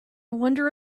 wonder